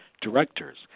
directors